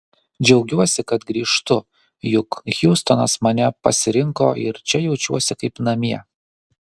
džiaugiuosi kad grįžtu juk hjustonas mane pasirinko ir čia jaučiuosi kaip namie